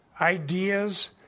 ideas